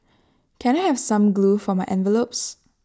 can I have some glue for my envelopes